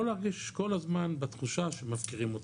להרגיש כל הזמן בתחושה שמפקירים אותם.